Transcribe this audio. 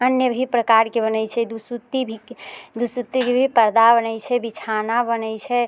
अन्य भी प्रकारके बनैत छै दुसुत्ती भी दुसुत्तीके भी पर्दा बनैत छै बिछौना बनैत छै